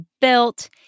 built